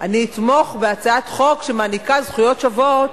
אני אתמוך בהצעת חוק שמעניקה זכויות שוות